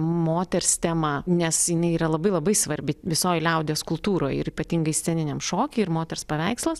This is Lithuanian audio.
moters temą nes jinai yra labai labai svarbi visoj liaudies kultūroj ir ypatingai sceniniam šoky ir moters paveikslas